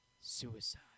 suicide